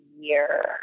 year